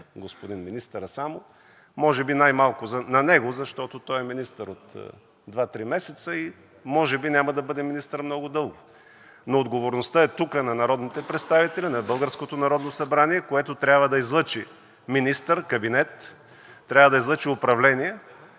господин министъра само, може би най-малко на него, защото той е министър от два-три месеца и може би няма да бъде министър много дълго, но отговорността е тук на народните представители, на българското Народно събрание, което трябва да излъчи министър, кабинет, трябва да излъчи управление,